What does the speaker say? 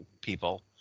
people